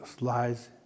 lies